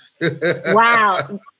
Wow